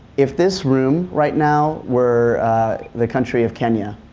if this room right now were the country of kenya,